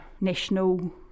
national